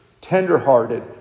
tenderhearted